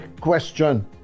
question